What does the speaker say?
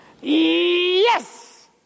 Yes